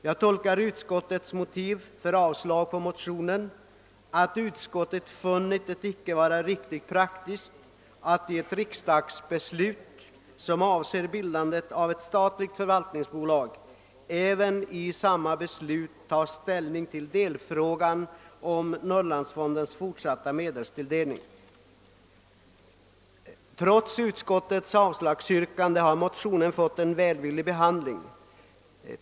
Jag tolkar utskottets motiv för yrkandet om avslag på motionen så, att utskottet funnit det icke vara praktiskt att riksdagen i ett beslut som avser bildandet av ett statligt förvaltningsbolag även tar ställning till delfrågan om Norrlandsfondens fortsatta medelstilldelning. Trots utskottets avslagsyrkande har motionen fått en välvillig behandling.